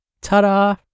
Ta-da